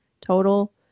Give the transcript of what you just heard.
total